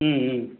ம் ம்